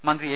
മന്ത്രി എ